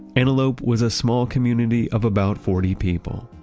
antelope was a small community of about forty people,